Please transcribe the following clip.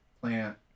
plant